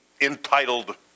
entitled